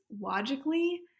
logically